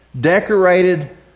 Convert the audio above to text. decorated